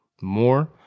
more